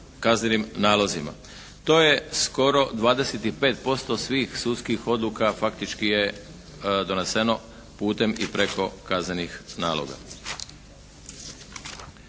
To je skoro 25% svih sudskih odluka, faktički je doneseno putem i preko kaznenih naloga.